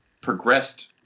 progressed